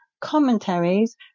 commentaries